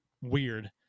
weird